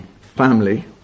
family